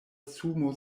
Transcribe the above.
sumo